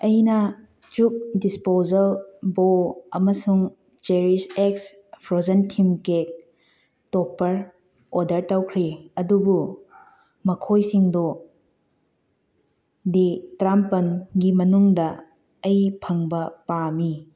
ꯑꯩꯅ ꯆꯨꯛ ꯗꯤꯁꯄꯣꯖꯦꯜ ꯕꯣ ꯑꯃꯁꯨꯡ ꯆꯦꯔꯤꯁ ꯑꯦꯛꯁ frozen theme cake topper order ꯇꯧꯈ꯭ꯔꯦ ꯑꯗꯨꯕꯨ ꯃꯈꯣꯏꯁꯤꯡꯗꯣ ꯗꯦ ꯇꯔꯥꯃꯥꯄꯜꯒꯤ ꯃꯅꯨꯡꯗ ꯑꯩ ꯐꯪꯕ ꯄꯥꯝꯃꯤ